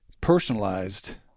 personalized